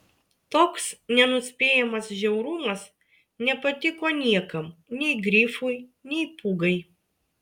toks nenuspėjamas žiaurumas nepatiko niekam nei grifui nei pūgai